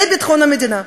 בביטחון המדינה,